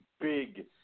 big